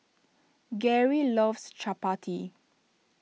Garry loves Chappati